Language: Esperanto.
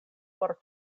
por